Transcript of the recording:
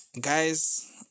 guys